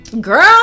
Girl